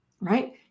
right